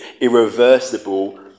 irreversible